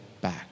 back